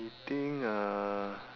I think uh